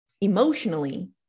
emotionally